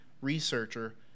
researcher